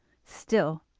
still,